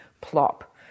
Plop